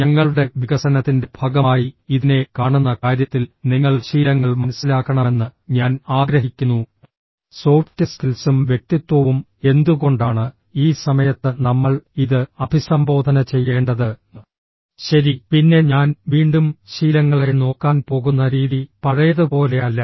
ഞങ്ങളുടെ വികസനത്തിന്റെ ഭാഗമായി ഇതിനെ കാണുന്ന കാര്യത്തിൽ നിങ്ങൾ ശീലങ്ങൾ മനസ്സിലാക്കണമെന്ന് ഞാൻ ആഗ്രഹിക്കുന്നു സോഫ്റ്റ് സ്കിൽസും വ്യക്തിത്വവും എന്തുകൊണ്ടാണ് ഈ സമയത്ത് നമ്മൾ ഇത് അഭിസംബോധന ചെയ്യേണ്ടത് ശരി പിന്നെ ഞാൻ വീണ്ടും ശീലങ്ങളെ നോക്കാൻ പോകുന്ന രീതി പഴയതുപോലെയല്ല